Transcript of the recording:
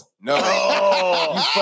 No